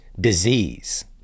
disease